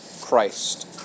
Christ